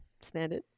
Standard